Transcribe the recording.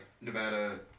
Nevada